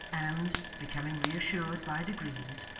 and, becoming reassured by degrees,